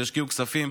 שישקיעו כספים.